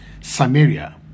Samaria